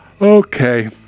Okay